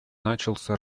начался